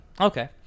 Okay